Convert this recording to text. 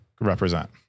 represent